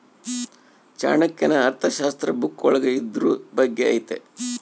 ಚಾಣಕ್ಯನ ಅರ್ಥಶಾಸ್ತ್ರ ಬುಕ್ಕ ಒಳಗ ಇದ್ರೂ ಬಗ್ಗೆ ಐತಿ